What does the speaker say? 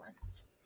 ones